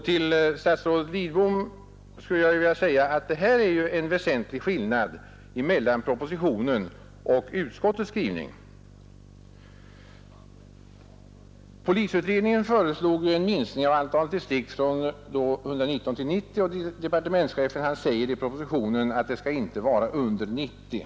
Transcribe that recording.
Till statsrådet Lidbom skulle jag vilja säga att det här är en väsentlig skillnad mellan propositionen och utskottets skrivning. Polisutredningen föreslog en minskning av antalet distrikt från 119 till 90. Departementschefen säger i propositionen att det inte skall vara under 90.